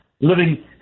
living